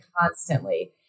constantly